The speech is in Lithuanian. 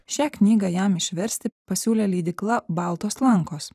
šią knygą jam išversti pasiūlė leidykla baltos lankos